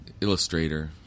illustrator